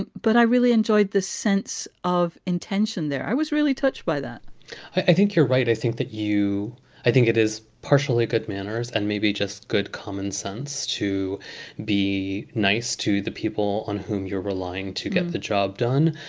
and but i really enjoyed the sense of intention there. i was really touched by that i think you're right. i think that you i think it is partially good manners and maybe just good common sense to be nice to the people on whom you're relying to get the job done.